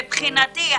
מבחינתי,